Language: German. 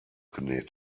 genäht